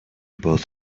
both